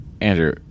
Andrew